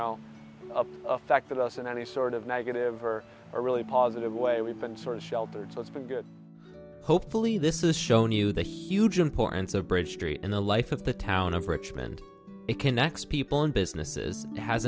know up affected us in any sort of negative or a really positive way we've been sort of sheltered so it's been good hopefully this is shown you the huge importance of bridge street and the life of the town of richmond it connects people and businesses has